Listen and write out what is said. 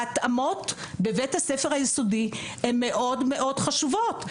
ההתאמות בבית הספר היסודי הם מאוד מאוד חשובות.